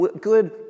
good